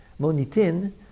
Monitin